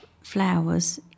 flowers